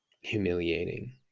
humiliating